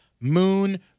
Moon